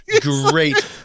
Great